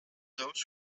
those